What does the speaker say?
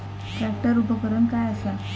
Tractor उपकरण काय असा?